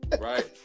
right